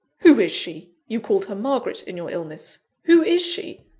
who is she? you called her margaret, in your illness who is she?